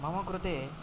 मम कृते